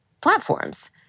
platforms